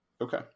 Okay